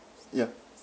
ya